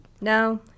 No